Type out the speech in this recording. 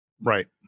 Right